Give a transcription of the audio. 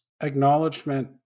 acknowledgement